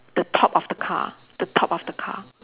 the top of the car the top of the car